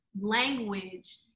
language